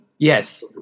Yes